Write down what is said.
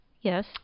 yes